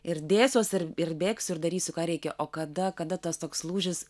ir dėsiuosi ir ir bėgsiu ir darysiu ką reikia o kada kada tas toks lūžis